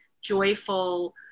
joyful